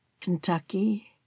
Kentucky